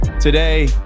today